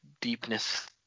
deepness